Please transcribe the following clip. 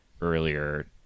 earlier